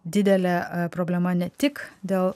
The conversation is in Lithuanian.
didelė problema ne tik dėl